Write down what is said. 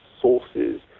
sources